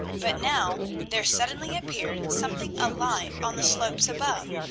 but now there suddenly appeared something alive on the slopes above,